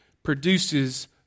Produces